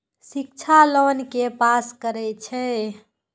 शिक्षा लोन के पास करें छै?